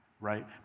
right